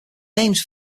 names